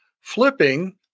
flipping